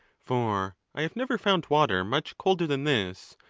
for i have never found water much colder than this,